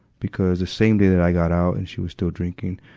because the same day that i got out and she was still drinking,